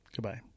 Goodbye